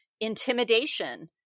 intimidation